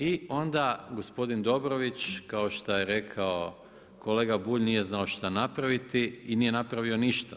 I onda gospodin Dobrović, kao što je rekao kolega Bulj nije znao šta napraviti i nije napravio ništa.